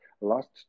last